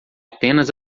apenas